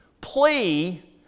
plea